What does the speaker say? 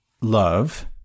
love